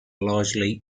largely